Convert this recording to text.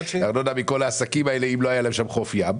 ארנונה מכל העסקים האלה אם לא היה שם חוף ים.